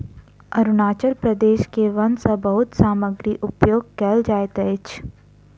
अरुणाचल प्रदेश के वन सॅ बहुत सामग्री उपयोग कयल जाइत अछि